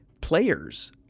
players